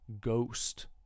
Ghost